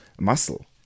muscle